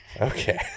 Okay